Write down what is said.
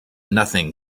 nothing